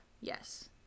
Yes